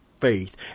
faith